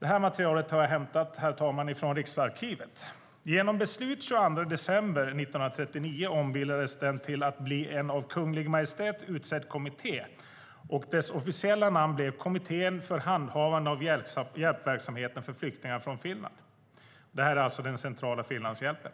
Detta material har jag hämtat från Riksarkivet, herr talman: "Genom beslut 22 december 1939 ombildades den till att bli en av Kungl. Maj:t utsedd kommitté och dess officiella namn blev 'Kommittén för handhavande av hjälpverksamheten för flyktingar från Finland'." Detta handlar alltså om Centrala Finlandshjälpen.